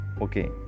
Okay